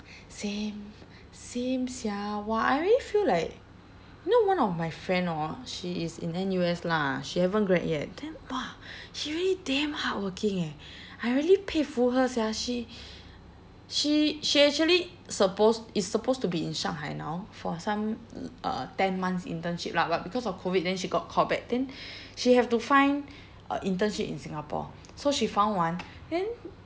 same same sia !wah! I really feel like you know one of my friend hor she is in N_U_S lah she haven't grad yet then !wah! she really damn hardworking eh I really 佩服 her sia she she she actually supposed is supposed to be in shanghai now for some uh ten months internship lah but because of COVID then she got called back then she have to find a internship in singapore so she found one then